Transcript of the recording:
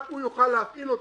רק הוא יוכל להפעיל אותו.